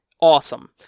awesome